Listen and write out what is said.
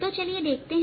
तो चलिए देखते हैं